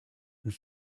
and